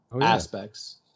aspects